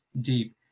deep